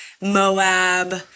moab